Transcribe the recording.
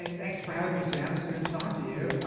and thanks for having me, sam. it's good to talk to you.